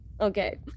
Okay